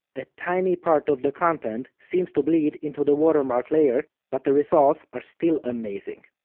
a tiny part of the content seems to bleed into the watermark layer, but the results are still amazing.